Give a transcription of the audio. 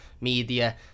Media